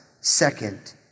Second